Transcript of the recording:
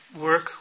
work